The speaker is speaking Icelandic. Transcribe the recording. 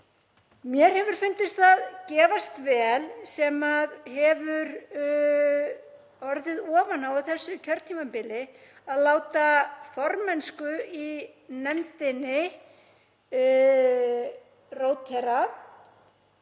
Mér hefur fundist það gefast vel sem hefur orðið ofan á á þessu kjörtímabili, að láta formennsku í nefndinni rótera,